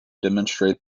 demonstrate